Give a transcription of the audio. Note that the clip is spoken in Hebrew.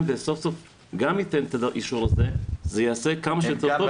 וסוף סוף גם ייתן את האישור הזה זה יעשה כמה שיותר טוב.